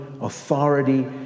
authority